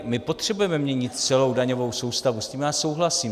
My potřebujeme měnit celou daňovou soustavu, s tím já souhlasím.